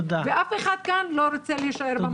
אף אחד כאן לא רוצה להישאר במקום של דיבורים.